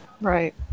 Right